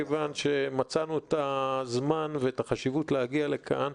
כיוון שמצאנו את הזמן ואת החשיבות להגיע לכאן,